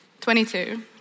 22